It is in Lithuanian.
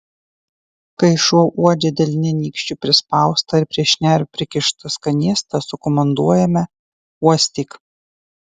kai šuo uodžia delne nykščiu prispaustą ir prie šnervių prikištą skanėstą sukomanduojame uostyk